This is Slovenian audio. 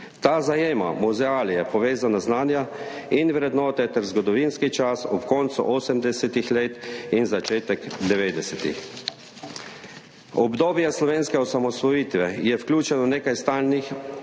Ta zajema muzealije, povezana znanja in vrednote ter zgodovinski čas ob koncu 80. let in začetek 90. Obdobje slovenske osamosvojitve je vključeno v nekaj stalnih